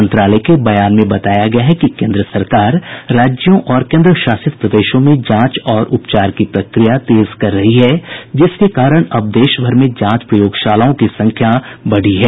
मंत्रालय के बयान में बताया गया है कि केन्द्र सरकार राज्यों और केन्द्र शासित प्रदेशों में जांच और उपचार की प्रकिया तेज कर रही है जिसके कारण अब देशभर में जांच प्रयोगशालाओं की संख्या बढ़ रही है